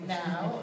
now